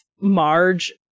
Marge